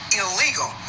illegal